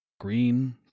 green